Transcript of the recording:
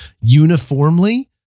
uniformly